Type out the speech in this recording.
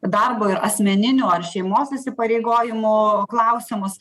darbo ir asmeninių ar šeimos įsipareigojimų klausimus